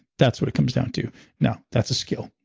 that's what it comes down to now, that's a skill,